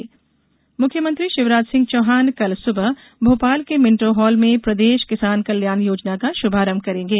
किसान कल्याण योजना मुख्यमंत्री शिवराज सिंह चौहान कल सुबह भोपाल के मिंटो हॉल में प्रदेश किसान कल्याण योजना का शुभारंभ करेंगे